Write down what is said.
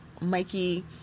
mikey